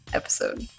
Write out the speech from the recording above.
episode